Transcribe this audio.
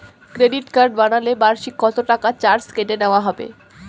Credit card বানালে বার্ষিক কত টাকা চার্জ কেটে নেওয়া হবে?